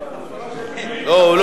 שלוש